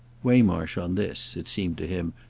waymarsh, on this, it seemed to him,